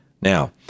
Now